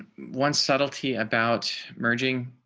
once subtlety about merging